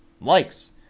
likes